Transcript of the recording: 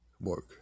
work